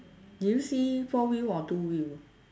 do you see four wheel or two wheel